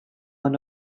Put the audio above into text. one